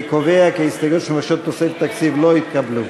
אני קובע כי ההסתייגויות שמבקשות תוספת תקציב לא התקבלו.